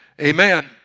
Amen